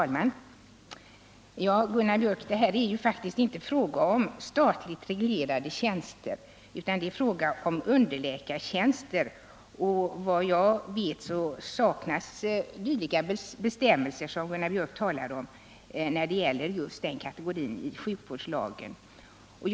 Herr talman! Det här är ju, Gunnar Biörck, faktiskt inte fråga om statligt reglerade tjänster utan om underläkartjänster. När det gäller den här kategorin saknas, såvitt jag vet, i sjukvårdslagen sådana bestämmelser som Gunnar Biörck talar om.